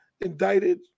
indicted